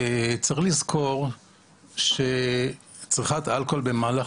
צריך לזכור שצריכת האלכוהול במהלך